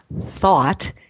thought